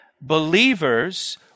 Believers